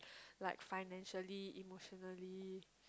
like financially emotionally